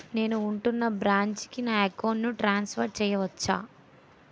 నేను ఉంటున్న బ్రాంచికి నా అకౌంట్ ను ట్రాన్సఫర్ చేయవచ్చా?